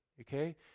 okay